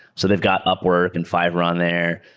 so they've got upwork and fiverr on there.